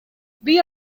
بیا